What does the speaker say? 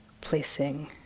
placing